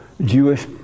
Jewish